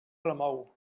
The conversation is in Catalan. remou